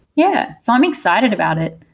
yeah. so i'm excited about it.